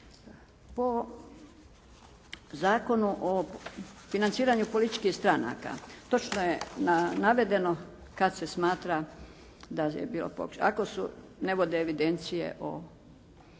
Po Zakonu o financiranju političkih stranaka točno je navedeno kad se smatra da je bio, ako se ne vode evidencije o